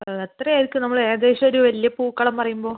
അത് എത്ര ആയിരിക്കും നമ്മള് ഏകദേശം ഒര് വലിയ പൂക്കളം പറയുമ്പോൾ